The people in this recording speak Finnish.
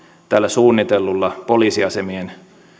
tälle suunnitellulle poliisiasemien